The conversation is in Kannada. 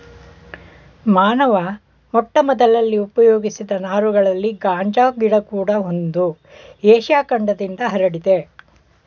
ಮಾನವ ಮೊಟ್ಟಮೊದಲಲ್ಲಿ ಉಪಯೋಗಿಸಿದ ನಾರುಗಳಲ್ಲಿ ಗಾಂಜಾ ಗಿಡ ಕೂಡ ಒಂದು ಏಷ್ಯ ಖಂಡದಿಂದ ಹರಡಿದೆ